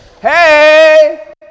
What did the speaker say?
Hey